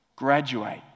graduate